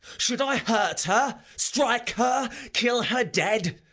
should i hurt her, strike her, kill her dead?